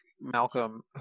Malcolm